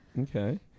Okay